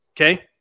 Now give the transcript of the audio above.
Okay